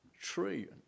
trillion